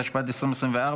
התשפ"ד 2024,